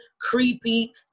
creepy